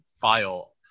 file